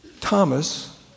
Thomas